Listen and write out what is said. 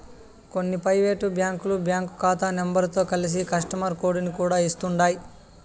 కొన్ని పైవేటు బ్యాంకులు బ్యాంకు కాతా నెంబరుతో కలిసి కస్టమరు కోడుని కూడా ఇస్తుండాయ్